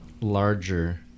Larger